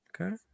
okay